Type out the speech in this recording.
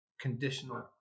conditional